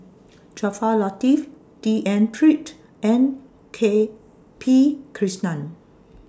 Jaafar Latiff D N Pritt and K P Krishnan